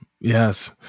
Yes